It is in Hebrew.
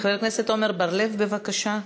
חבר הכנסת עמר בר-לב, בבקשה.